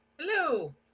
Hello